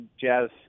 Jazz